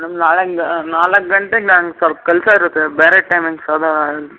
ನಂಗೆ ನಾಳೆಯಿಂದ ನಾಲ್ಕು ಗಂಟೆಗೆ ನಂಗೆ ಸ್ವಲ್ಪ್ ಕೆಲಸ ಇರುತ್ತೆ ಬೇರೆ ಟೈಮಿಂಗ್ಸ್ ಯಾವ್ದಾರು